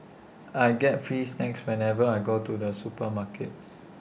I get free snacks whenever I go to the supermarket